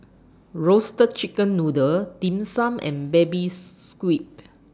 Roasted Chicken Noodle Dim Sum and Baby Squid